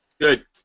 Good